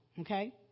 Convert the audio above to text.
okay